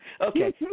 Okay